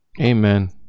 Amen